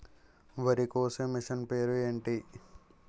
వరి కోసే మిషన్ పేరు ఏంటి